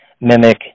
mimic